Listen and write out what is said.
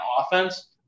offense